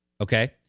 Okay